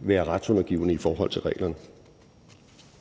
være retsundergivne i forhold til reglerne.